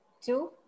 two